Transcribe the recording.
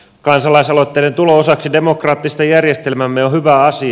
kansalaisaloitteiden tulo osaksi demokraattista järjestelmäämme on hyvä asia